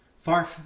far